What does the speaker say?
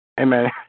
Amen